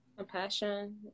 Compassion